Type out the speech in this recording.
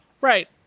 Right